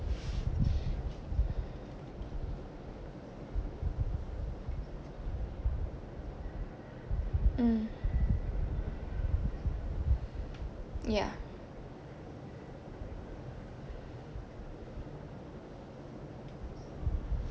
mm ya